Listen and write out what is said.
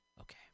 okay